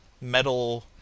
metal